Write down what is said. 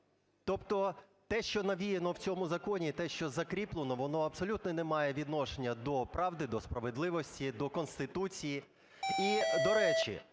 Тобто те, що навіяно в цьому законі, і те, що закріплено, воно абсолютно не має відношення до правди, до справедливості, до Конституції. І, до речі,